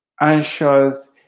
anxious